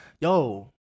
yo